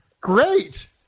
Great